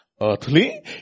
Earthly